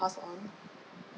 pass on